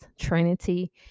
Trinity